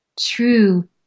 true